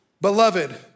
Beloved